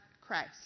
Christ